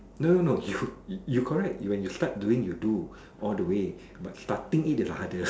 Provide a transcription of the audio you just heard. no no no you you correct when you start doing you do all the way but starting it ah that's the